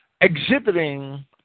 exhibiting